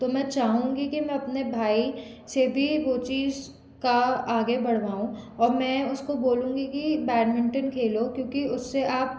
तो मैं चाहूँगी कि मैं अपने भाई से भी वो चीज़ का आगे बढ़वाऊँ और मैं उसको बोलूँगी की बैडमिंटन खेलो क्योंकि उससे आप